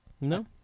No